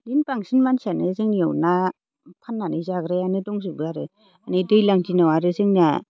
बिदिनो बांसिन मानसियानो जोंनियाव ना फाननानै जाग्रायानो दंजोबो आरो माने दैज्लां दिनाव आरो जोंनिया